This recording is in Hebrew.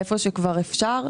איפה שכבר אפשר,